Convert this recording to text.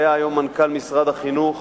היה היום מנכ"ל משרד החינוך